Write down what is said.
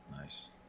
Nice